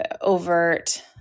overt